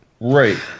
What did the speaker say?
right